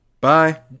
Bye